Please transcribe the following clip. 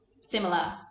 similar